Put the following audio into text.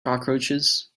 cockroaches